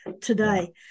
today